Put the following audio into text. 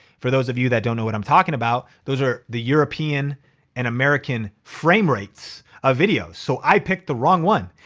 for those of you that don't know what i'm talking about, those are the european and american frame rates of videos. so i picked the wrong one.